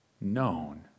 known